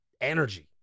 energy